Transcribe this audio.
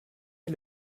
est